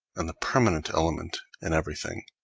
and the permanent element in everything.